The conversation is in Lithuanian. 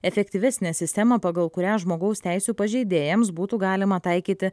efektyvesnę sistemą pagal kurią žmogaus teisių pažeidėjams būtų galima taikyti